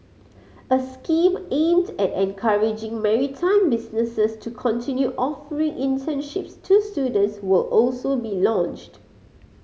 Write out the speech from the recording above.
a scheme aimed at encouraging maritime businesses to continue offering internships to students will also be launched